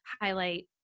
Highlight